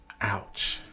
Ouch